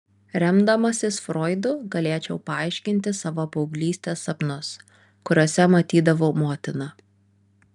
remdamasis froidu galėčiau paaiškinti savo paauglystės sapnus kuriuose matydavau motiną